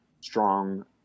strong